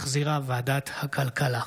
שהחזירה ועדת הכלכלה.